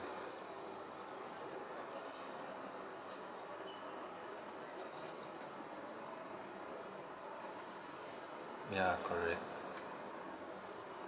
ya correct